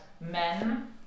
men